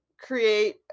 create